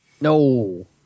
No